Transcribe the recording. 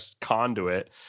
conduit